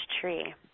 tree